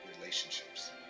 relationships